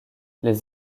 les